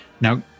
Now